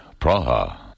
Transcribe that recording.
Praha